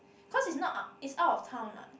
cause it's not it's out of town what